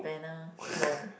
banner no